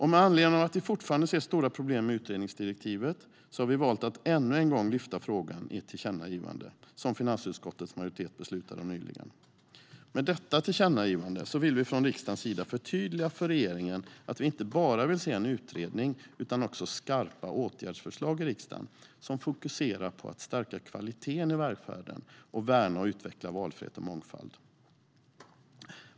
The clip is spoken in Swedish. Med anledning av att vi fortfarande ser stora problem med utredningsdirektivet har vi valt att ännu en gång lyfta frågan i ett tillkännagivande som finansutskottets majoritet beslutade om nyligen. Med detta tillkännagivande vill vi från riksdagens sida förtydliga för regeringen att vi inte bara vill se en utredning utan också skarpa åtgärdsförslag i riksdagen som fokuserar på att stärka kvaliteten i välfärden och värna och utveckla valfrihet och mångfald.